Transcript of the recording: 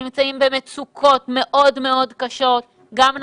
שנמצאים במצוקות מאוד קשות, גם נפשיות,